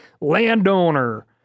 landowner